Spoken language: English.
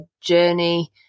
journey